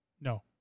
No